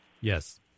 Yes